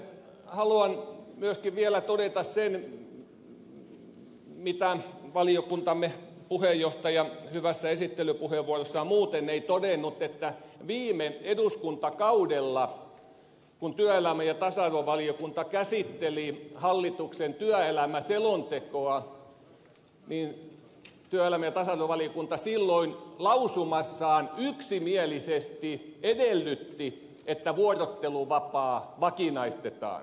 haluan myöskin vielä todeta sen mitä valiokuntamme puheenjohtaja hyvässä esittelypuheenvuorossaan muuten ei todennut että viime eduskuntakaudella kun työelämä ja tasa arvovaliokunta käsitteli hallituksen työelämäselontekoa niin työelämä ja tasa arvovaliokunta silloin lausumassaan yksimielisesti edellytti että vuorotteluvapaa vakinaistetaan